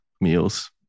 meals